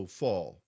fall